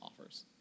offers